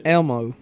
Elmo